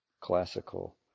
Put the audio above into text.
classical